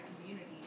community